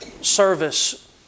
service